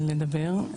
לדבר.